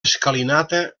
escalinata